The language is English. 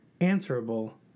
answerable